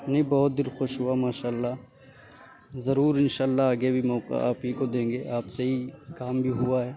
نہیں بہت دل خوش ہوا ماشاء اللہ ضرور ان شاء اللہ آگے بھی موقع آپ ہی کو دیں گے آپ سے ہی کام بھی ہوا ہے